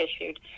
issued